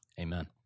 Amen